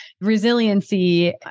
resiliency